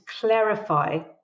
clarify